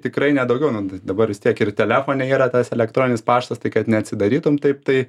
tikrai ne daugiau nu tai dabar vis tiek ir telefone yra tas elektroninis paštas tai kad neatsidarytum taip tai